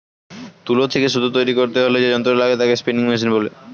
তুলো থেকে সুতো তৈরী করতে হলে যে যন্ত্র লাগে তাকে বলে স্পিনিং মেশিন